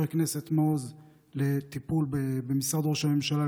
הכנסת מעוז לטיפול במשרד ראש הממשלה,